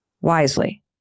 wisely